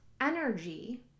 energy